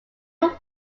were